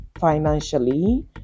financially